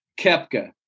Kepka